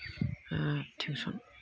tuition